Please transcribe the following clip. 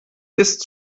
ist